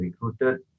recruited